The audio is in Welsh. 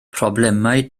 problemau